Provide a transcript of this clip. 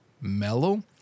mellow